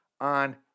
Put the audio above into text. on